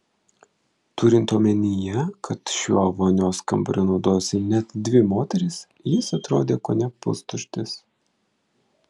turint omenyje kad šiuo vonios kambariu naudojosi net dvi moterys jis atrodė kone pustuštis